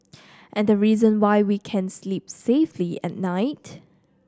and reason why we can sleep safely at night